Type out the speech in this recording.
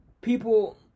People